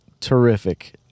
terrific